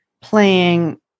playing